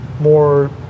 more